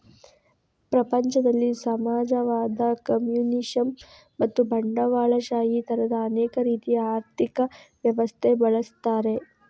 ಪ್ರಪಂಚದಲ್ಲಿ ಸಮಾಜವಾದ, ಕಮ್ಯುನಿಸಂ ಮತ್ತು ಬಂಡವಾಳಶಾಹಿ ತರದ ಅನೇಕ ರೀತಿಯ ಆರ್ಥಿಕ ವ್ಯವಸ್ಥೆ ಬಳಸ್ತಾರೆ